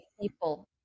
people